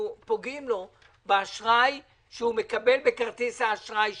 אנחנו פוגעים לו באשראי שהוא מקבל בכרטיס האשראי שלו.